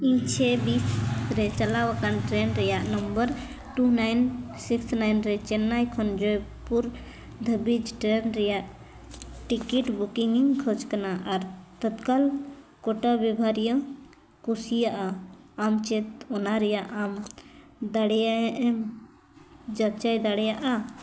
ᱤᱧ ᱪᱷᱮᱭ ᱵᱤᱥ ᱨᱮ ᱪᱟᱞᱟᱣ ᱟᱠᱟᱱ ᱴᱨᱮᱹᱱ ᱨᱮᱭᱟᱜ number two nine six nine ᱨᱮ ᱪᱮᱱᱱᱟᱭ ᱠᱷᱚᱱ ᱡᱚᱭᱯᱩᱨ ᱫᱷᱟᱹᱵᱤᱡ ᱴᱨᱮᱹᱱ ᱨᱮᱭᱟᱜ ᱴᱤᱠᱤᱴ ᱵᱩᱠᱤᱝᱤᱧ ᱠᱷᱚᱡᱽ ᱠᱟᱱᱟ ᱟᱨ ᱛᱚᱛᱠᱟᱞ ᱠᱳᱴᱟ ᱵᱮᱵᱷᱟᱨᱤᱭᱚ ᱠᱩᱥᱤᱭᱟᱜᱼᱟ ᱟᱢ ᱪᱮᱫ ᱚᱱᱟ ᱨᱮᱭᱟᱜ ᱟᱢ ᱫᱟᱲᱮᱭᱟᱜ ᱟᱢ ᱡᱟᱪᱟᱭ ᱫᱟᱲᱮᱭᱟᱜᱼᱟ